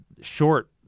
short